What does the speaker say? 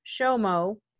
Shomo